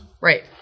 Right